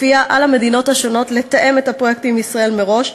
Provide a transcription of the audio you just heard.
ולפיה על המדינות השונות לתאם הפרויקטים עם ישראל מראש,